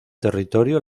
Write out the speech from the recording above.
territorio